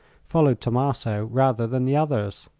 followed tommaso rather than the others.